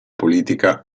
politica